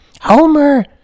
Homer